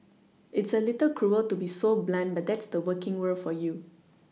it's a little cruel to be so blunt but that's the working world for you